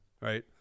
Right